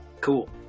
Cool